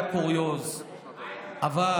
החוצה,